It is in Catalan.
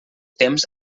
temps